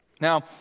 Now